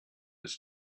its